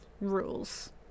rules